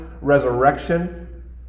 resurrection